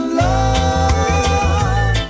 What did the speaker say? love